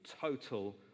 total